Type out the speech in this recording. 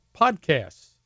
podcasts